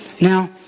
Now